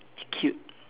cute